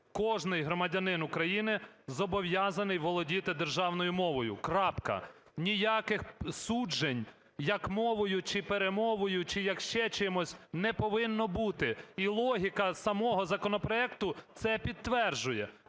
Кожний громадянин України зобов'язаний володіти державною мовою. Ніяких суджень, як мовою чи перемовою, чи як ще чимось, не повинно бути. І логіка самого законопроекту це підтверджує.